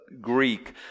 Greek